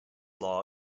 law